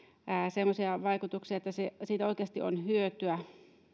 semmoisia vaikutuksia että siitä oikeasti on hyötyä